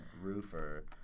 roofer